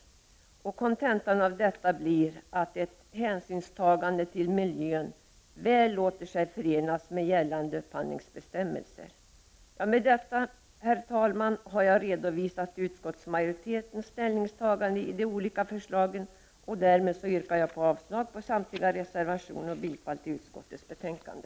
Kontentan av detta blir att ett hänsynstagande till miljön väl låter sig förenas med gällande upphandlingsbestämmelser. Herr talman! Med detta har jag redovisat utskottsmajoritetens ställningstagande i de olika förslagen, och därmed yrkar jag avslag på samtliga reservationer och bifall till hemställan i utskottets betänkande.